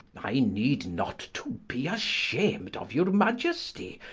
i need not to be ashamed of your maiesty,